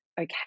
okay